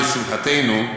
לשמחתנו,